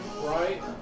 Right